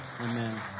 Amen